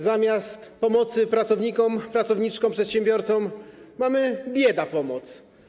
Zamiast pomocy pracownikom, pracowniczkom, przedsiębiorcom mamy biedapomoc.